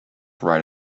write